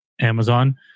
Amazon